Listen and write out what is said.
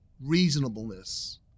reasonableness